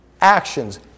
Actions